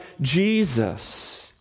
Jesus